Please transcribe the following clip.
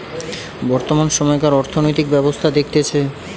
বর্তমান সময়কার অর্থনৈতিক ব্যবস্থা দেখতেছে